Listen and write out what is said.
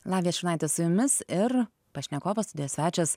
lavija šurnaitė su jumis ir pašnekovas studijos svečias